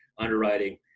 underwriting